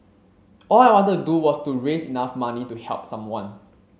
all I wanted to do was to raise enough money to help someone